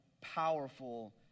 powerful